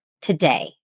today